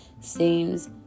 seems